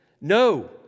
no